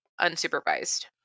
unsupervised